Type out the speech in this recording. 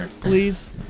please